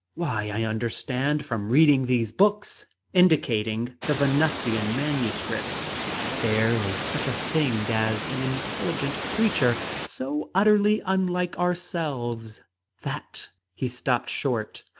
why, i understand from reading these books indicating the venusian manuscripts that there is such a thing as an intelligent creature, so utterly unlike ourselves that he stopped short.